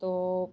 તો